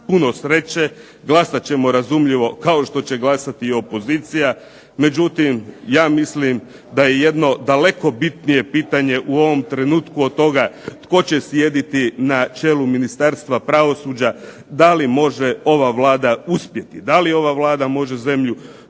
puno sreće. Glasat ćemo razumljivo kao što će glasati i opozicija. Međutim, ja mislim da je jedno daleko bitnije pitanje u ovom trenutku od toga tko će sjediti na čelu Ministarstva pravosuđa, da li može ova Vlada uspjeti. Da li ova Vlada može zemlju